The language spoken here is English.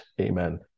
Amen